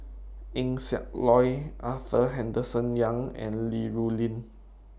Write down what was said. Eng Siak Loy Arthur Henderson Young and Li Rulin